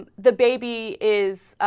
ah the baby is ah.